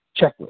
checklist